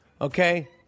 okay